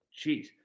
Jeez